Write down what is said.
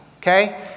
okay